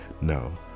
No